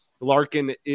Larkin